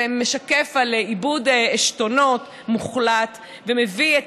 זה משקף איבוד עשתונות מוחלט ומביא את